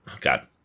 God